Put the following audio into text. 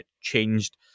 changed